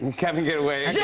kevin, get away.